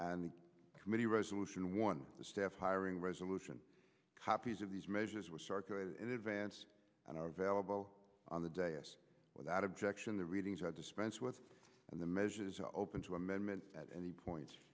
the committee resolution one staff hiring resolution copies of these measures were circulated in advance and are available on the day s without objection the readings are dispensed with and the measures are open to amendment at any point